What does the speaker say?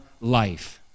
life